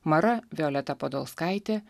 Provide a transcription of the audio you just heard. mara violeta podolskaitė